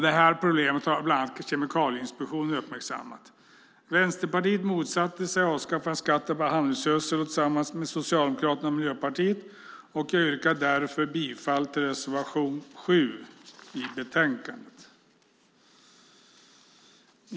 Detta problem har bland annat Kemikalieinspektionen uppmärksammat. Tillsammans med Socialdemokraterna och Miljöpartiet motsatte sig Vänsterpartiet avskaffandet av skatten på handelsgödsel. Mot den bakgrunden yrkar jag bifall till reservation 7 i betänkandet.